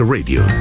Radio